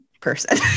person